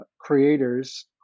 creators